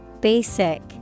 Basic